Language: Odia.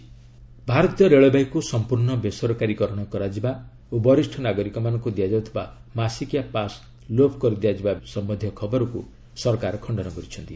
ଗଭ୍ କ୍ଲାରିଫିକେସନ୍ ଭାରତୀୟ ରେଳବାଇକୁ ସମ୍ପର୍ଷ୍ଣ ବେସରକାରୀକରଣ କରାଯିବା ଓ ବରିଷ୍ଣ ନାଗରିକମାନଙ୍କୁ ଦିଆଯାଉଥିବା ମାସିକିଆ ପାସ୍ ଲୋପ କରିଦିଆଯିବା ସମ୍ଭନ୍ଧୀୟ ଖବରକୁ ସରକାର ଖଶ୍ତନ କରିଛନ୍ତି